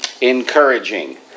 encouraging